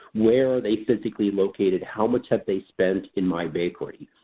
where are they physically located, how much have they spent in my bakery?